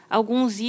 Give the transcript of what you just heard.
alguns